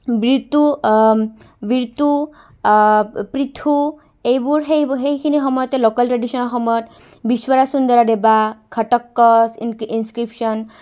বৃত্যু ব্যুতু পৃথু এইবোৰ সেই সেইখিনি সময়তে লোকেল ট্ৰেডিশ্যনৰ সময়ত বিশ্বৰা চুন্দৰা দেৱা ঘটোৎকচ ইনস্ক্ৰিপশ্যন